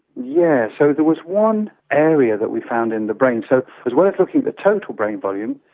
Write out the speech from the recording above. yeah so there was one area that we found in the brain. so as well as looking at the total brain volume,